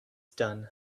done